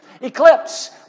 Eclipse